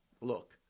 Look